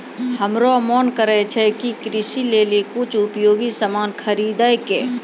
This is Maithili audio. हमरो मोन करै छै कि कृषि लेली कुछ उपयोगी सामान खरीदै कै